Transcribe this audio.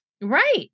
Right